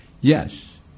Yes